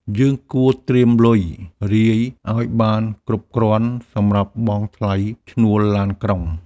យើងគួរត្រៀមលុយរាយឱ្យបានគ្រប់គ្រាន់សម្រាប់បង់ថ្លៃឈ្នួលឡានក្រុង។